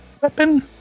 weapon